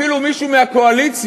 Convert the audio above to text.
אפילו מישהו מהקואליציה,